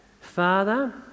Father